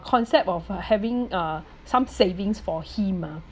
concept of uh having uh some savings for him ah